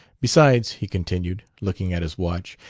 besides, he continued, looking at his watch,